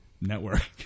network